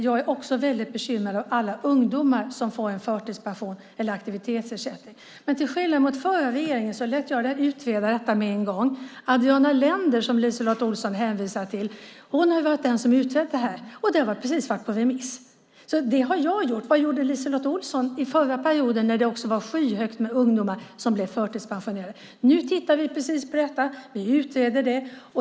Jag är också väldigt bekymrad över alla ungdomar som får förtidspension eller aktivitetsersättning. Till skillnad från den förra regeringen lät jag utreda detta på en gång. Adriana Lender, som LiseLotte Olsson hänvisar till, har utrett detta. Det har just varit på remiss. Det har jag gjort. Vad gjorde LiseLotte Olsson under den förra perioden när antalet ungdomar som förtidspensionerades var enormt? Vi tittar nu på detta och utreder det.